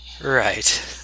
Right